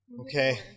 okay